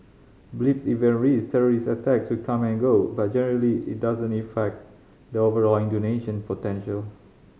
blips event risks terrorist attacks will come and go but generally it doesn't effect the overall Indonesian potential